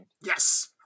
Yes